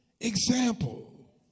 example